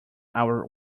our